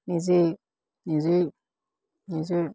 নিজেই নিজেই নিজেই